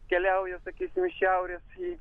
keliauja sakysi iš šiaurės į